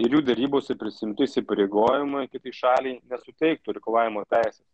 ir jų derybose prisiimti įsipareigojimai kitai šaliai nesuteiktų reikalavimo teisės